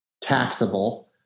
taxable